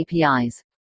APIs